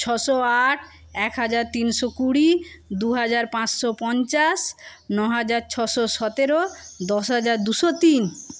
ছশো আট এক হাজার তিনশো কুড়ি দুহাজার পাঁচশো পঞ্চাশ ন হাজার ছশো সতেরো দশ হাজার দুশো তিন